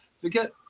Forget